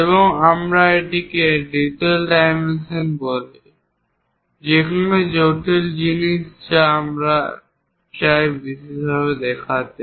এবং এটিকে আমরা ডিটেল ডাইমেনশন বলি যে কোনও জটিল জিনিস যা আমরা চাই বিশেষভাবে দেখাতে